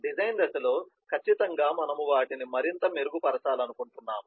design దశలో ఖచ్చితంగా మనము వాటిని మరింత మెరుగుపరచాలనుకుంటున్నాము